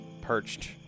perched